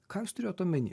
ką jūs turėjot omeny